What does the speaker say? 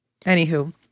Anywho